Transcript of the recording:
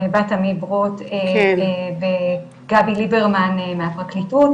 גם בת עמי ברוט וגבי ליברמן מהפרקליטות,